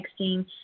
texting